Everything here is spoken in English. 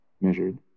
measured